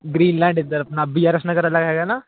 Greenland ਇੱਧਰ ਆਪਣਾ B R S Nagar ਵਾਲਾ ਹੈਗਾ ਨਾ